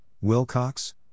Wilcox